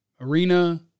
arena